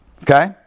Okay